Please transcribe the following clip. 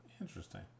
Interesting